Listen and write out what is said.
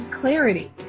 clarity